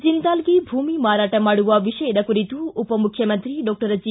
ಜಿಂದಾಲ್ಗೆ ಭೂಮಿ ಮಾರಾಟ ಮಾಡುವ ವಿಷಯದ ಕುರಿತು ಉಪಮುಖ್ಖಮಂತ್ರಿ ಡಾಕ್ಟರ್ ಜಿ